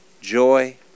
joy